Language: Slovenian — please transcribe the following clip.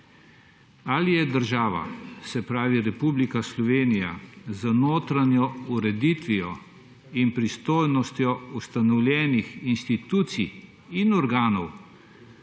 Ali v državi Republiki Sloveniji, z notranjo ureditvijo in pristojnostjo ustanovljenih institucij in organov,